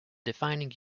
defining